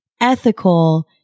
ethical